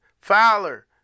Fowler